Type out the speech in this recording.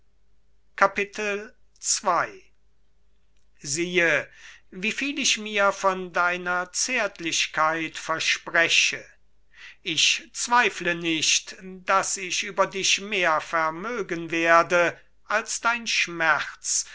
ii siehe wie viel ich mir von deiner zärtlichkeit verspreche ich zweifle nicht daß ich über dich mehr vermögen werde als dein schmerz